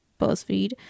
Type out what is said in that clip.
BuzzFeed